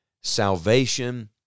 Salvation